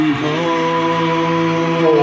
home